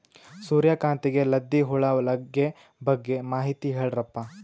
ಸೂರ್ಯಕಾಂತಿಗೆ ಲದ್ದಿ ಹುಳ ಲಗ್ಗೆ ಬಗ್ಗೆ ಮಾಹಿತಿ ಹೇಳರಪ್ಪ?